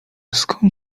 skąd